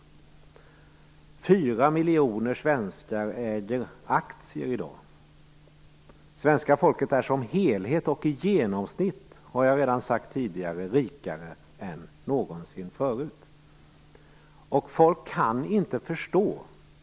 4 miljoner svenskar äger aktier i dag. Svenska folket är som helhet och i genomsnitt, det har jag sagt tidigare, rikare än någonsin.